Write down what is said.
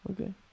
Okay